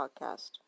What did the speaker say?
podcast